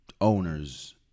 owners